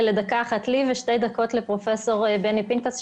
לדקה אחת לי ושתי דקות לפרופ' בני פנקס,